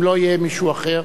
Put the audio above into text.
אם לא יהיה מישהו אחר.